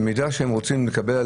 מידע שהם רוצים לקבל,